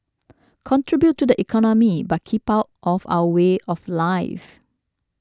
contribute to the economy but keep out of our way of life